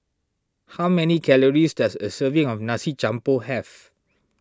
how many calories does a serving of Nasi Campur have